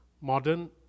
modern